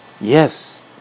Yes